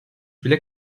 bile